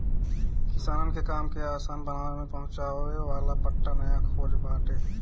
किसानन के काम के आसान बनावे में पहुंचावे वाला पट्टा नया खोज बाटे